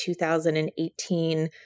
2018